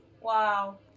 Wow